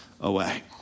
away